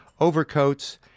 Overcoats